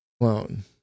clone